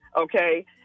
okay